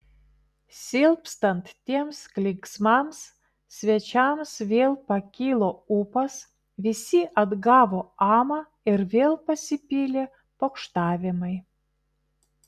silpstant tiems klyksmams svečiams vėl pakilo ūpas visi atgavo amą ir vėl pasipylė pokštavimai